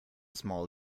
small